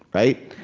right?